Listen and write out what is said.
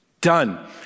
Done